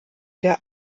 der